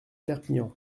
perpignan